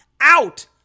out